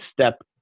step